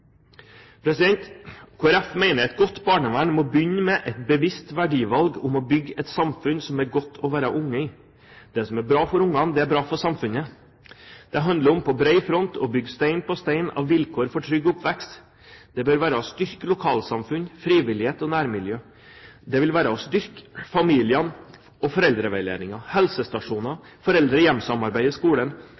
et godt barnevern må begynne med et bevisst verdivalg om å bygge et samfunn som det er godt å være unge i. Det som er bra for ungene, er bra for samfunnet. Det handler om på bred front å bygge stein på stein av vilkår for trygg oppvekst. Det bør være å styrke lokalsamfunn, frivillighet og nærmiljø. Det vil være å styrke familiene og foreldreveiledningen, helsestasjoner, foreldre–hjem-samarbeidet i skolen,